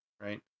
Right